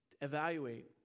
evaluate